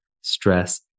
stress